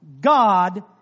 God